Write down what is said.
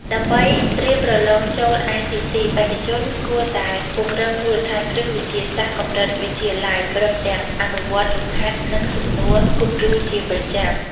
ដើម្បីត្រៀមប្រឡងចូល ITC បេក្ខជនគួរតែពង្រឹងមូលដ្ឋានគ្រឹះវិទ្យាសាស្ត្រកម្រិតវិទ្យាល័យ ព្រមទាំងអនុវត្តលំហាត់ និងសំណួរគំរូជាប្រចាំ។